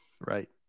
Right